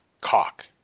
cock